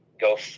go